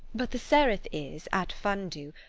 but the sereth is, at fundu,